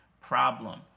Problem